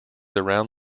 around